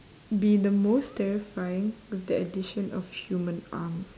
be the most terrifying with the addition of human arms